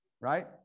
right